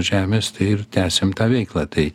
žemės tai ir tęsiam tą veiklą tai